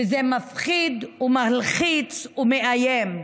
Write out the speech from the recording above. וזה מפחיד ומלחיץ ומאיים.